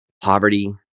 poverty